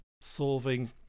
solving